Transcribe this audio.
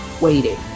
Waiting